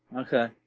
okay